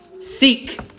seek